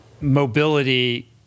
mobility